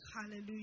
Hallelujah